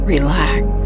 Relax